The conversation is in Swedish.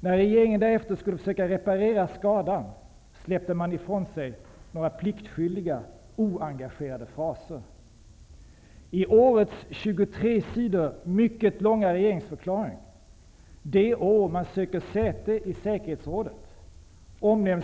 När regeringen därefter skulle försöka reparera skadan, släppte man pliktskyldigt ifrån sig några oengagerade fraser.